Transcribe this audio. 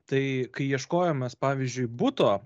tai kai ieškojomės pavyzdžiui buto